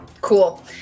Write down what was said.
cool